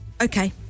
okay